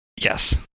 Yes